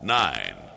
nine